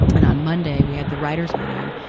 and on monday we had the writers' meeting.